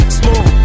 smooth